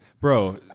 Bro